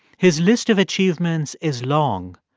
his list of achievements is long.